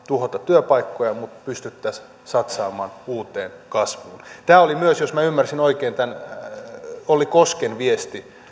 tuhoa työpaikkoja mutta pystyisimme satsaamaan uuteen kasvuun tämä oli myös jos minä ymmärsin oikein olli kosken viesti